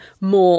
more